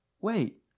wait